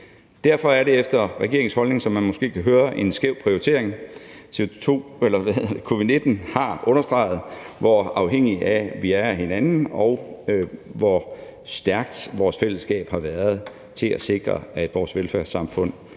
kan høre, efter regeringens opfattelse en skæv prioritering. Covid-19 har understreget, hvor afhængige vi er af hinanden, og hvor stærkt vores fællesskab har været i forhold til at sikre, at vores velfærdssamfund